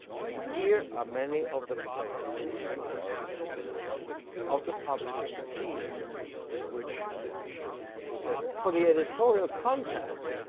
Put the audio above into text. and here are many of the players and instruments of the publishing team which we should consider. for the editorial content,